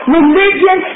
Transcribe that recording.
religion